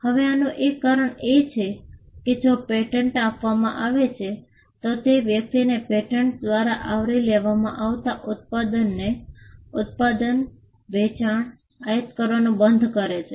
હવે આનું એક કારણ છે કે જો પેટન્ટ આપવામાં આવે છે તો તે વ્યક્તિને પેટન્ટ દ્વારા આવરી લેવામાં આવતા ઉત્પાદનને ઉત્પાદન વેચાણ આયાત કરવાનું બંધ કરે છે